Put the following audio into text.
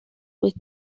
with